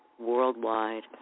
worldwide